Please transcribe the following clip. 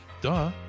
Duh